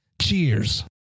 Cheers